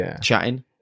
chatting